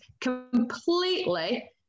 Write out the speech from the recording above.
completely